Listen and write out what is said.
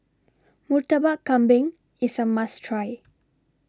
Murtabak Kambing IS A must Try